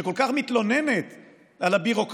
שכל כך מתלוננת על הביורוקרטיה,